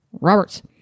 Roberts